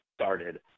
started